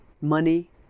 money